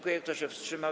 Kto się wstrzymał?